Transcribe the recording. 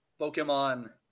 Pokemon